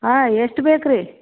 ಹಾಂ ಎಷ್ಟು ಬೇಕು ರೀ